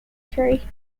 three